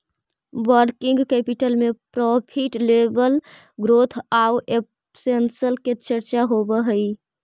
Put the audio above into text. working capital में profit level growth आउ expansion के चर्चा होवऽ हई